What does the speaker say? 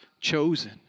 chosen